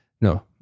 no